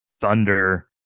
thunder